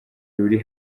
ruri